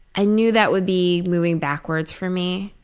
i knew that would be moving backwards for me